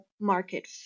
market